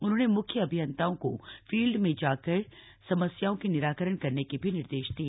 उन्होंने मुख्य अभियंताओं को फील्ड में जाकर समस्याओं के निराकरण करने के भी निर्देश दिए